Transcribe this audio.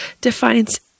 defines